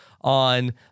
on